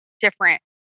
different